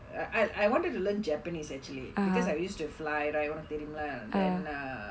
I I wanted to learn japanese actually because I used to fly உன்க்கு தெரியும்ல:unakku theriyumla then uh